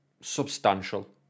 substantial